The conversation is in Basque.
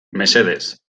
mesedez